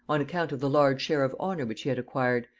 on account of the large share of honor which he had acquired,